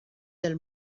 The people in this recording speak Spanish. del